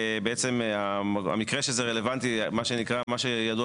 בעצם המקרה שזה רלוונטי מה שנקרא שידוע